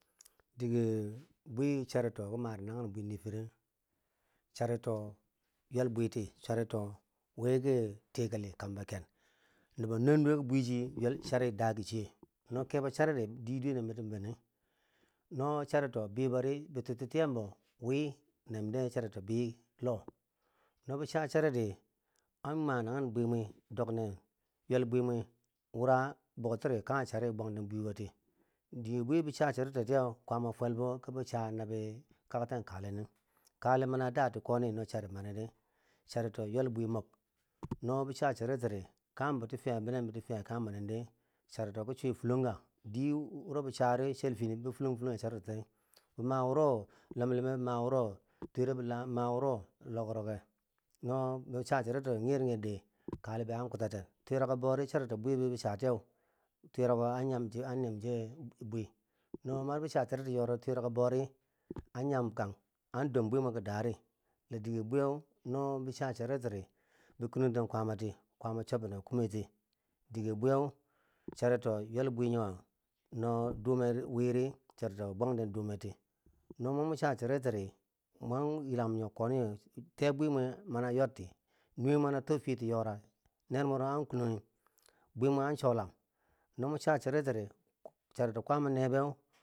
Dige bwi charito ki mare nanghen bwi nii fire charito ywel bwiti charito wiki tikali kambo ken nobo nandu ki bwichi chari da ki chiye, no kebo chari di- di- diyenne nobo mani, no charito bibori, bitutti tiyembo wi nimre charito bi loh. no bo cha chari di an ma nanghen bwimwi dok nen ywel bwi mwi wura boutiri kanghe chari bwanten bwiko ti, dige bwi bo cha charito tiye kwama fwelbo ki bo cha na bo kakten kale nin, kale mani a dati koni na chari mani di charito ywel bwimok nobo cha charitidi, kanghembo ti fiyai binen biti fiyai kanghem bo nin di, charito ki chwi fulomka, diye wuro bo chari chelfini bi fulong fulonghe charitoti, bi ma wuro lom lome bi ma wuri twiribila bi ma wuro lokrokke no bo cha charito ti ngirngirdi kale be a kutaten twirako a nyanche bwi, no ma bo cha choriti yori twirako bori an nyan kang an dom bwimweka dari, la dige bwiye no bo cha charitidi bi kenanten kwaamati no chobbinen kumiti dige bwiye charito ywelbwi nyeu no dume wiri charito bwanten demeti, no manu mo cha chariti ri mwaitilam nyo koni tee bwii mwe mani yorti, nuwe mwe mani to fiye ti yora ner mwero an kwenonghi bwimwe an cholam no mo cha charitidi, charito kwaama nebe.